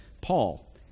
Paul